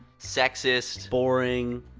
sexist. boring.